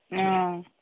অ